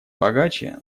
богаче